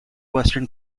western